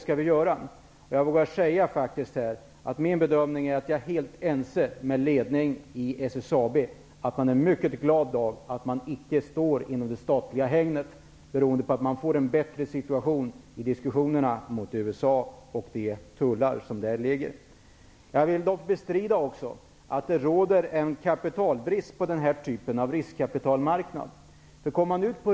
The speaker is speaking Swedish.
Jag vågar här säga att jag är helt ense med ledningen i SSAB, som i dag är mycket glad att man icke bedriver sin verksamhet inom statligt hägn -- man får därmed en bättre situation i diskussionerna med USA när det gäller tullar. Jag vill dock bestrida att det råder en kapitalbrist på den här typen av riskkapitalmarknad.